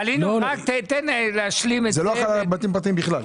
זה לא חל על בתים פרטיים בכלל?